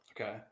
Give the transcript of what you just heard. Okay